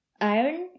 Iron